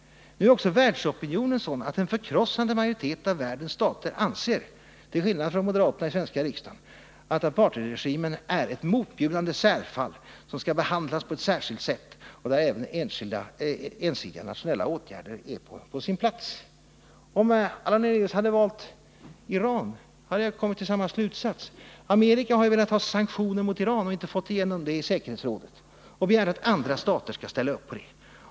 Nu är också världsopinionen sådan att en förkrossande majoritet av världens stater anser — till skillnad från moderaterna i den svenska riksdagen — att apartheidregimen är ett motbjudande särfall som skall behandlas på ett särskilt sätt, varvid även ensidiga nationella åtgärder är på sin plats. Om Allan Hernelius hade valt Iran hade jag kommit till samma slutsats. Amerika har ju velat ha sanktioner mot Iran. Man har inte fått igenom dem i säkerhetsrådet, men man har begärt att andra stater skall ställa upp på dem.